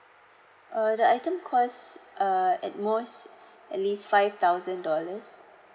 uh the item cost uh at most at least five thousand dollars